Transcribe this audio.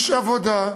איש עבודה,